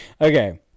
Okay